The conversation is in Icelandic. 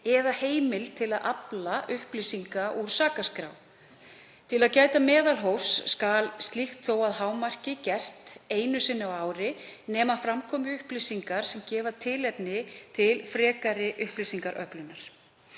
eða heimild til að afla upplýsinga úr sakaskrá. Til að gæta meðalhófs skal slíkt þó að hámarki gert einu sinni á ári nema fram komi upplýsingar sem gefa tilefni til frekari upplýsingaöflunar.